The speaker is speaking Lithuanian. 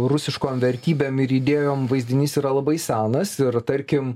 rusiškom vertybėm ir idėjom vaizdinys yra labai senas ir tarkim